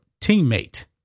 teammate